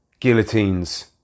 guillotines